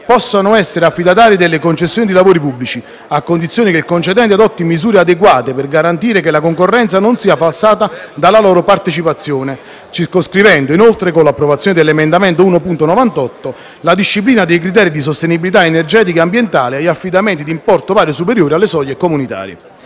possono essere affidatari delle concessioni di lavori pubblici a condizione che il concedente adotti misure adeguate per garantire che la concorrenza non sia falsata dalla loro partecipazione, circoscrivendo, inoltre, con l'approvazione dell'emendamento 1.98, la disciplina dei criteri di sostenibilità energetica e ambientale agli affidamenti di importo pari o superiore alle soglie comunitarie